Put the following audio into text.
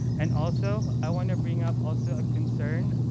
and also, i want to bring up also a concern